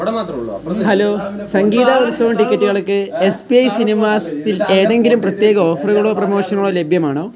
hello സംഗീത ഉത്സവം ടിക്കറ്റുകൾക്ക് എസ് പി ഐ സിനിമാസിൽ ഏതെങ്കിലും പ്രത്യേക ഓഫറുകളോ പ്രമോഷനുകളോ ലഭ്യമാണോ